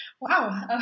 Wow